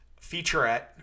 featurette